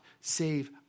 save